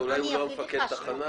אולי הוא לא מפקד התחנה.